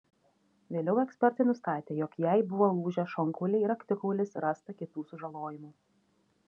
vėliau ekspertai nustatė jog jai buvo lūžę šonkauliai raktikaulis rasta kitų sužalojimų